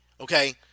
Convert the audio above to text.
okay